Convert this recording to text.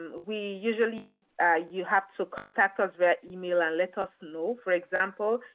um we usually you have to contact us via email and let us know. for example,